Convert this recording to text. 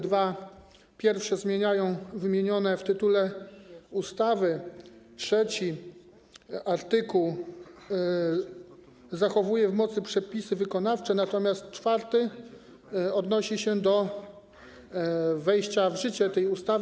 Dwa pierwsze zmieniają ustawy wymienione w tytule, trzeci artykuł zachowuje w mocy przepisy wykonawcze, natomiast czwarty odnosi się do wejścia w życie tej ustawy.